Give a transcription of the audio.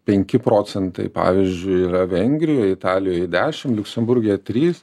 penki procentai pavyzdžiui yra vengrijoj italijoj dešim liuksemburge trys